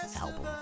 album